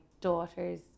daughter's